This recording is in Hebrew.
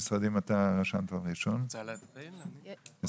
סוציאלית ואני נציגת הביטוח